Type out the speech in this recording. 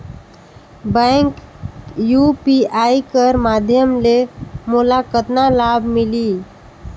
Bank UPI कर माध्यम ले मोला कतना लाभ मिली?